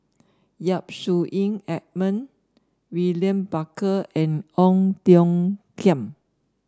Yap Su Yin Edmund William Barker and Ong Tiong Khiam